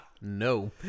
No